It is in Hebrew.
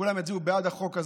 שכולם יצביעו בעד החוק הזה.